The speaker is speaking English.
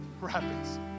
wrappings